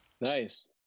Nice